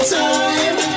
time